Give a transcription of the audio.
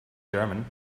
german